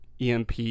EMP